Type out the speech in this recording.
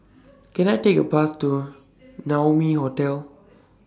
Can I Take A Bus to Naumi Hotel